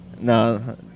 No